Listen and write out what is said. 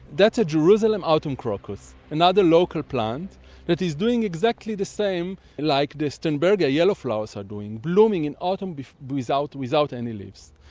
that's a jerusalem autumn crocus, another local plant that is doing exactly the same like the sternbergia yellow flowers are doing, blooming in autumn without without any leaves.